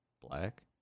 black